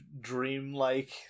dream-like